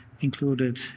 included